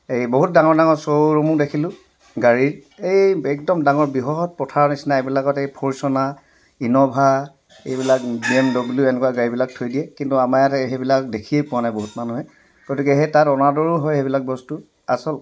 এই বহুত ডাঙৰ ডাঙৰ শ্ব'ৰুমো দেখিলো গাড়ীৰ এই একদম ডাঙৰ বৃহৎ পথাৰৰ নিচিনা এইবিলাকত এই ফৰ্চ'না ইন'ভা এইবিলাক বি এম ডাব্লিও এনেকুৱা গাড়ীবিলাক থৈ দিয়ে কিন্তু আমাৰ ইয়াতে সেইবিলাক দেখিয়ে পোৱা নাই বহুত মানুহে গতিকে সেই তাত অনাদৰো হয় সেইবিলাক বস্তু আচল